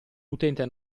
utente